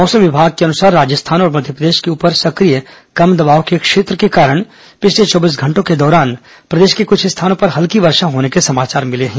मौसम विभाग के अनुसार राजस्थान और मध्यप्रदेश के ऊपर सक्रिय कम दबाव के क्षेत्र के कारण पिछले चौबीस घंटों के दौरान प्रदेश के कुछ स्थानों पर हल्की वर्षा होने के समाचार मिले हैं